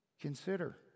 consider